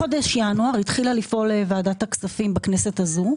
בחודש ינואר התחילה לפעול ועדת הכספים בכנסת הזו.